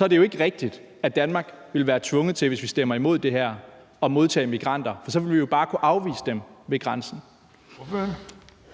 er det ikke rigtigt, at Danmark vil være tvunget til at modtage migranter, hvis vi stemmer imod det her, for så vil vi jo bare kunne afvise dem ved grænsen.